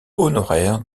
honoraires